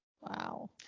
wow